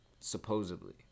Supposedly